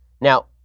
Now